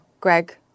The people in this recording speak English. Greg